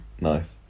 Nice